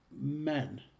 men